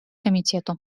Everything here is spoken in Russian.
комитету